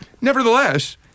Nevertheless